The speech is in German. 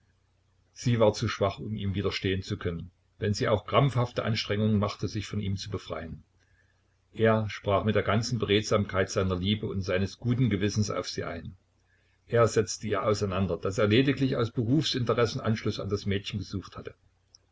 sie war zu schwach um ihm widerstehen zu können wenn sie auch krampfhafte anstrengungen machte sich von ihm zu befreien er sprach mit der ganzen beredsamkeit seiner liebe und seines guten gewissens auf sie ein er setzte ihr auseinander daß er lediglich aus berufsinteressen anschluß an das mädchen gesucht hatte